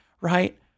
right